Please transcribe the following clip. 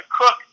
cook